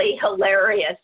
hilarious